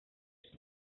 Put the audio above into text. tenía